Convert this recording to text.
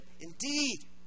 indeed